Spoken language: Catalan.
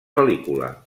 pel·lícula